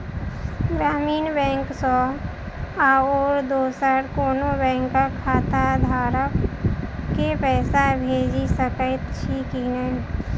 ग्रामीण बैंक सँ आओर दोसर कोनो बैंकक खाताधारक केँ पैसा भेजि सकैत छी की नै?